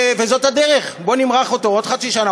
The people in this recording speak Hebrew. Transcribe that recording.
וזאת הדרך: בואו נמרח אותו עוד חצי שנה,